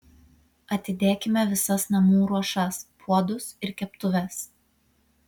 atidėkime visas namų ruošas puodus ir keptuves